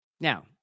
Now